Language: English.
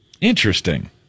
Interesting